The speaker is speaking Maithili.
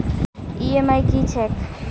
ई.एम.आई की छैक?